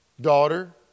Daughter